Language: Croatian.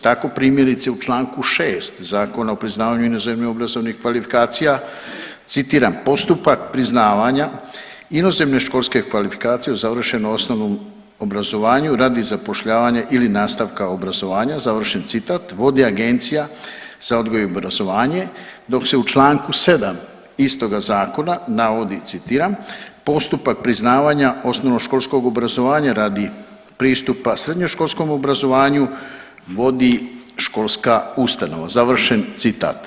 Tako, primjerice, u čl. 6 Zakona o priznavanju inozemnih obrazovnih kvalifikacija, citiram, postupak priznavanje inozemne školskih kvalifikacija o završenom osnovnom obrazovanju radi zapošljavanja ili nastavka obrazovanja, završen citat, vodi Agencija za odgoj i obrazovanje dok se u čl. 7 istoga zakona navodi, citiram, postupak priznavanja osnovnoškolskog obrazovanja radi pristupa srednjoškolskom obrazovanju vodu školska ustanova, završen citat.